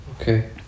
Okay